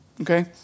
okay